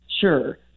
sure